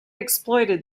exploited